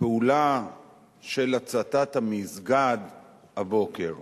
של הצתת המסגד הבוקר.